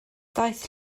daeth